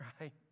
right